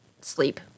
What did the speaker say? sleep